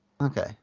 okay